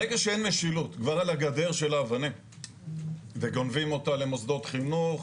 ברגע שאין משילות כבר על הגדר של האבנים וגונבים אותה למוסדות חינוך,